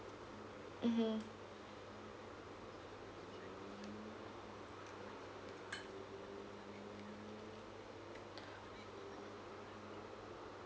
mmhmm